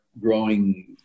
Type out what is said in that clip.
growing